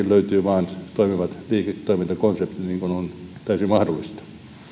löytyy toimivat liiketoimintakonseptit niin kuin on täysin mahdollista